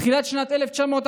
בתחילת שנת 1941